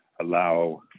allow